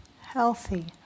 healthy